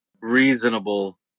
reasonable